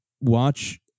watch